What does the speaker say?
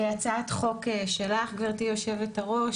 הצעת חוק שלך גברתי היו"ר,